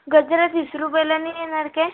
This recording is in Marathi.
गजरे तीस रुपयाला नाही येणार काय